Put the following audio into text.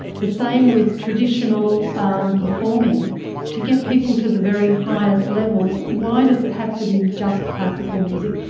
the same with traditional performing to get people to the very highest levels, why does it have to be just classical music?